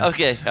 Okay